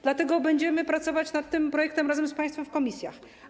Dlatego będziemy pracować nad tym projektem razem z państwem w komisjach.